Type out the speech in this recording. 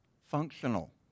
Functional